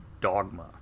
Dogma